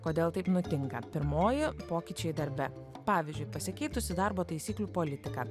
kodėl taip nutinka pirmoji pokyčiai darbe pavyzdžiui pasikeitusi darbo taisyklių politika